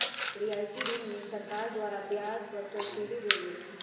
रियायती ऋण में सरकार द्वारा ब्याज पर सब्सिडी देल जाइ छइ